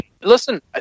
Listen